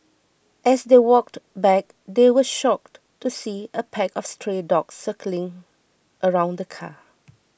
as they walked back they were shocked to see a pack of stray dogs circling around the car